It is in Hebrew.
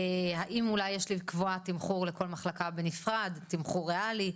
האם אולי יש לקבוע תמחור לכל מחלקה בנפרד תמחור ריאלי,